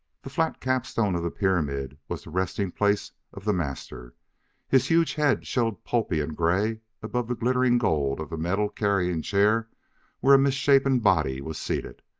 the flat capstone of the pyramid was the resting place of the master his huge head showed pulpy and gray above the glittering gold of the metal carrying-chair where a misshapen body was seated.